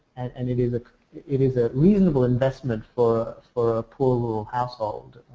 and and it is it is a reasonable investment for for a pull household,